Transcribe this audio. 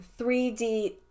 3d